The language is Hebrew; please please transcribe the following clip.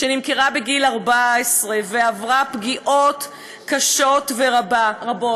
נמכרה בגיל 14 ועברה פגיעות קשות ורבות.